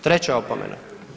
Treća opomena.